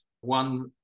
one